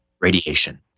radiation